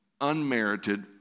unmerited